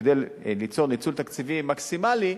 כדי ליצור ניצול תקציבי מקסימלי,